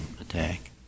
attack